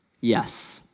Yes